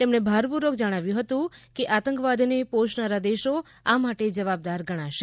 તેમણે ભારપૂર્વક જણાવ્યું હતું કે આતંકવાદને પોષનારા દેશો આ માટે જવાબદાર ગણાશે